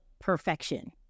perfection